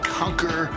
conquer